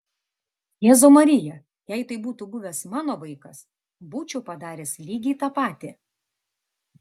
jėzau marija jei tai būtų buvęs mano vaikas būčiau padaręs lygiai tą patį